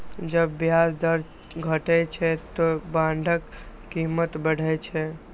जब ब्याज दर घटै छै, ते बांडक कीमत बढ़ै छै